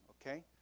Okay